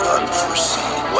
unforeseen